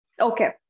Okay